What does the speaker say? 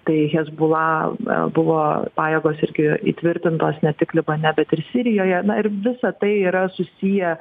tai hezbollah a buvo pajėgos irgi įtvirtintos ne tik libane bet ir sirijoje na ir visa tai yra susiję